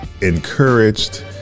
encouraged